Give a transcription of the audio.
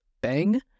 bang